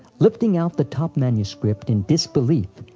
lifting out the top manuscript in disbelief,